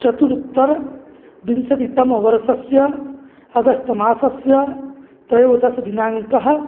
चतुरुत्तरविंशतितमवर्षस्य अगस्त् मासस्य त्रयोदशः दिनाङ्कः